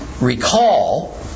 recall